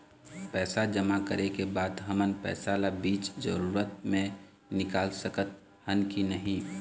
पैसा जमा करे के बाद हमन पैसा ला बीच जरूरत मे निकाल सकत हन की नहीं?